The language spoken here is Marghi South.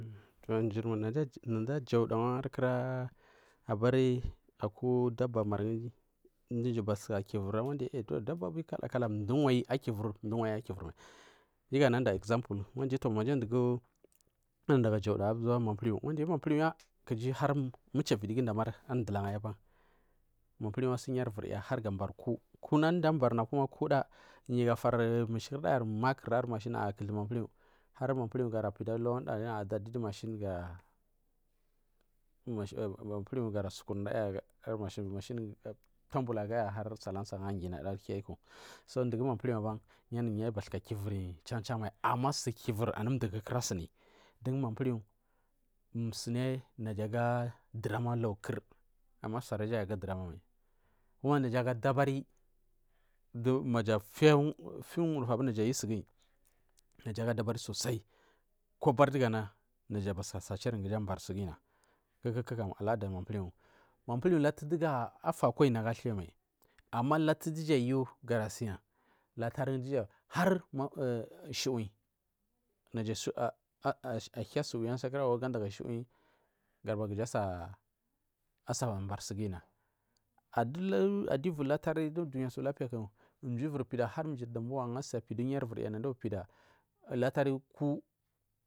Mjir mur nada ajauda wa akura aku daba margu du mdu bathuka kwir rad aba kala kala mdu alwai akwi mai giu ga nada example dugu nada ga jauda akura mapilwu wangi mapilwu ya kiji har michavidi gudama har abanku ari dulanga yu mapilwu asi yarvuryu har ga bari ku kuma ku da yuga far mishikurda yar naya ga kithu mapilwu, mapilwu gima pida wagu naya gara du or kura mapilwu du mashin har naya ga miliya tambul du mashin jangu aginada arihiayu ku ɗun mafilwu aɓan yu abathuka kwunya chan chan mai ama sur kwur anu duku akira suni suni naja aga durama lau kur bsaraja aga ɗurama mai kuma naja aga ɗabari mai manaja afiya wudufu abiri naya ayu suguyi naja aga dabari ko abari ɗufu ana naja bathika sachirin kunaja ahuri suguyi kuku kam alaɗari mapalwu mapihwu laht dugu a fakoyi nagu ai athai yi mai ama laht duja ara si har nagu ara shiwin gaɗuɓari kumja asa barsugiyi na aɗu ivu latari du ɗunya tsu lapiya ku myi ivir pida har mjir dambola asa pida umir vu ya labari ku.